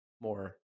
more